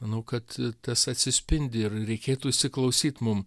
nu kad tas atsispindi ir reikėtų įsiklausyt mum